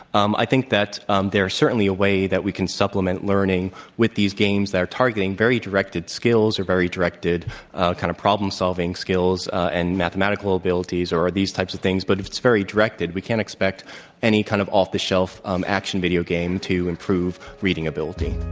um i think that um there is certainly a way that we can supplement learning with these games that are targeted very directed skills or very directed kind of problem solving skills and mathematical abilities or these types of things. but it's very directed. we can't expect any kind of off-the-shelf um action video game to improve reading ability.